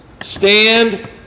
Stand